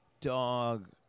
dog